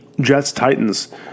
Jets-Titans